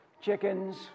chickens